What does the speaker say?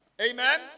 amen